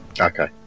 Okay